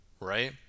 right